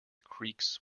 creaks